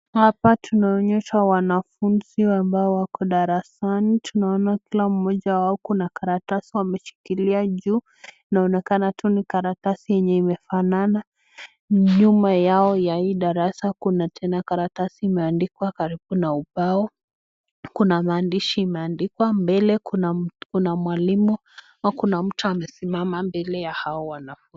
Hapa tunaonyeshwa wanafunzi ambao wako darasani. Tunaona kila mmoja wao kuna karatasi wameshikilia juu na unaonekana tu ni karatasi yenye imefanana. Nyuma yao ya hii darasa kuna tena karatasi imeandikwa karibu na ubao. Kuna maandishi imeandikwa. Mbele kuna kuna mwalimu kuna mtu amesimama mbele ya hao wanafunzi.